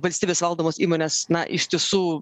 valstybės valdomos įmonės na iš tiesų